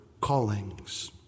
callings